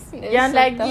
that's so tough